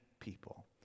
people